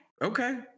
Okay